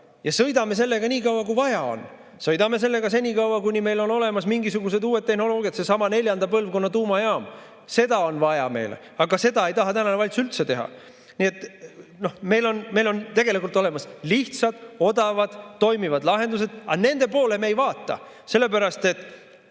Sõidame sellega nii kaua, kui vaja on. Sõidame sellega senikaua, kuni meil on olemas mingisugused uued tehnoloogiad, seesama neljanda põlvkonna tuumajaam. Seda on meile vaja, aga seda ei taha tänane valitsus üldse teha. Nii et meil on tegelikult olemas lihtsad, odavad, toimivad lahendused, aga nende poole me ei vaata, sellepärast et